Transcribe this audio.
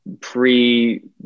pre